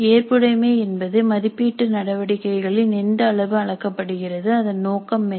ஏற்புடைமை என்பது மதிப்பீட்டு நடவடிக்கைகளின் எந்த அளவு அளக்கப்படுகிறது அதன் நோக்கம் என்ன